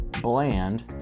bland